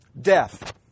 death